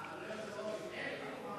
אדוני היושב-ראש, אם,